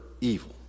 evil